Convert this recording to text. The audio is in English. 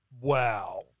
wow